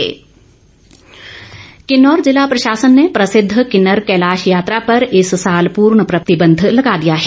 यात्रा किन्नौर जिला प्रशासन ने प्रसिद्ध किन्नर कैलाश यात्रा पर इस साल पूर्ण प्रतिबंध लगा दिया है